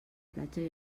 platja